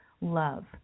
love